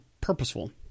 purposeful